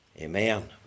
Amen